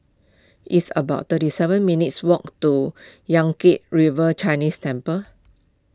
it's about thirty seven minutes' walk to Yan Kit River Chinese Temple